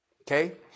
Okay